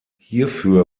hierfür